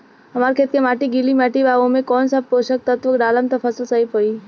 हमार खेत के माटी गीली मिट्टी बा ओमे कौन सा पोशक तत्व डालम त फसल सही होई?